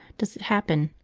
does it happen.